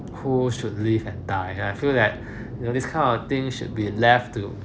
who should live and die and I feel that you know this kind of thing should be left to